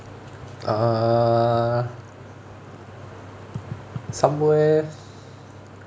uh somewhere